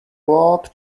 world